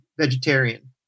vegetarian